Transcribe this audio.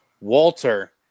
Walter